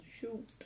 shoot